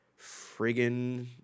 friggin